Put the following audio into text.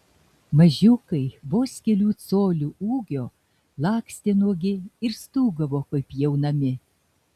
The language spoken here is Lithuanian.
mažiukai vos kelių colių ūgio lakstė nuogi ir stūgavo kaip pjaunami